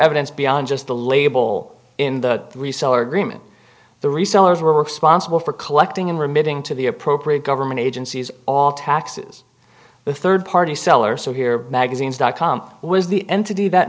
evidence beyond just the label in the reseller agreement the resellers were responsible for collecting and remitting to the appropriate government agencies all taxes the third party sellers so here magazines dot com was the entity that